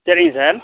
சரிங்க சார்